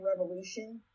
revolution